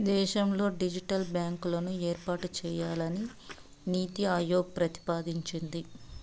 దేశంలో డిజిటల్ బ్యాంకులను ఏర్పాటు చేయాలని నీతి ఆయోగ్ ప్రతిపాదించింది